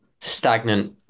stagnant